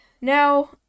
Now